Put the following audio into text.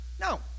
No